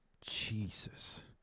Jesus